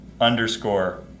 underscore